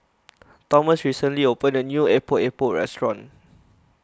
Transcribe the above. Tomas recently opened a new Epok Epok restaurant